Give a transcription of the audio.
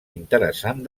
interessant